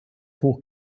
hoch